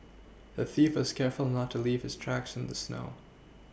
the thief was careful not to leave his tracks in the snow